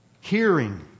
Hearing